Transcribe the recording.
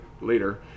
later